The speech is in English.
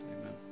Amen